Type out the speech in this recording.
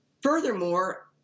Furthermore